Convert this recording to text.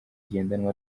zigendanwa